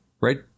right